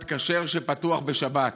מקדונלד'ס כשר שפתוח בשבת